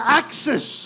access